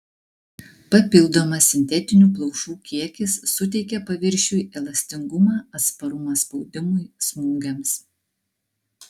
papildomas sintetinių plaušų kiekis suteikia paviršiui elastingumą atsparumą spaudimui smūgiams